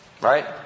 Right